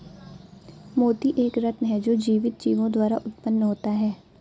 मोती एक रत्न है जो जीवित जीवों द्वारा उत्पन्न होता है